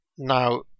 Now